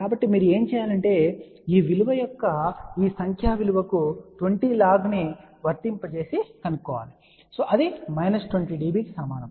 కాబట్టి మీరు ఏమి చేయాలంటే ఈ విలువ యొక్క ఈ సంఖ్యా విలువకు 20 log ను వర్తించి కనుగొనండి అది మైనస్ 20 dB కి సమానం